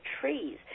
trees